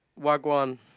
Wagwan